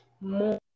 more